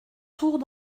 sourd